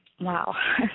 Wow